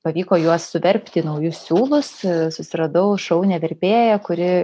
pavyko juos suverpti į naujus siūlus susiradau šaunią verpėja kuri